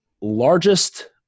largest